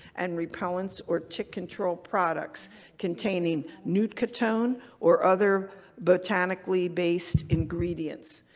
and repellents, or tick control products containing nootkatone or other botanically-based ingredients.